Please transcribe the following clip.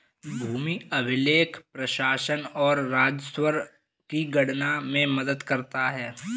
भूमि अभिलेख प्रशासन और राजस्व की गणना में मदद करता है